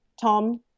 tom